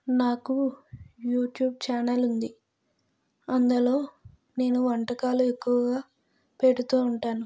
నాకు YouTube channel ఉంది అందులో నేను వంటకాలు ఎక్కువగా పెడుతూ ఉంటాను